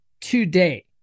today